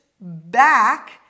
back